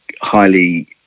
highly